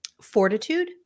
fortitude